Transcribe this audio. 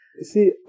See